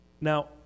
Now